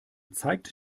zeigt